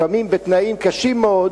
לפעמים בתנאים קשים מאוד,